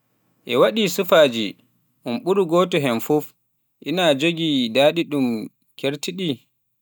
E waɗi sifaaji mburu gooto heen fof ina jogii ɗaɗi mum keertiiɗi